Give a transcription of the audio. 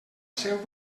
seu